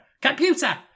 Computer